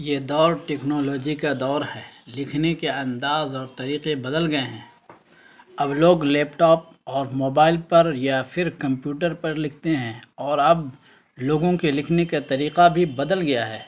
یہ دور ٹیکنالوجی کا دور ہے لکھنے کے انداز اور طریقے بدل گئے ہیں اب لوگ لیپ ٹاپ اور موبائل پر یا پھر کمپیوٹر پر لکھتے ہیں اور اب لوگوں کے لکھنے کا طریقہ بھی بدل گیا ہے